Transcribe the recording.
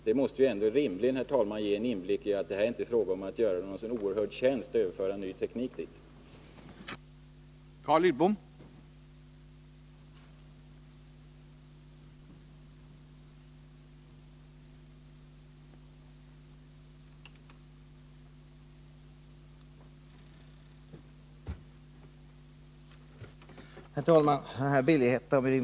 Detta måste ändå, herr talman, rimligen betyda att det inte är fråga om någon oerhört stor tjänst, om man överför den här nya tekniken till Sydafrika.